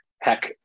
heck